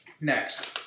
Next